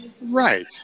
Right